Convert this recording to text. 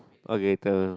okay the